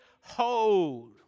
hold